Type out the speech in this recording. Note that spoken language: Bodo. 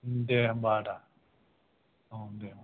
दे होनबा आदा अ दे अ